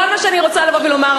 כל מה שאני רוצה זה לבוא ולומר,